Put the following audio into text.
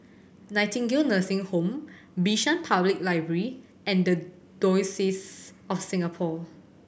Nightingale Nursing Home Bishan Public Library and The Diocese of Singapore